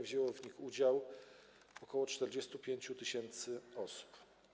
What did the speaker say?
Wzięło w nich udział ok. 45 tys. osób.